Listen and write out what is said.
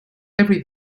every